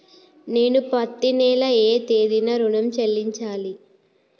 నేను పత్తి నెల ఏ తేదీనా ఋణం చెల్లించాలి?